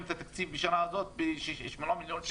את התקציב בשנה זאת בשמונה מיליון שקלים.